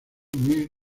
muy